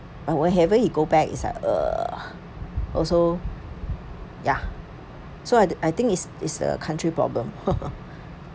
uh whenever he goes back it's like uh also ya so I th~ I think it's a country problem